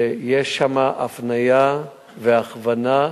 שיש שם הפניה והכוונה,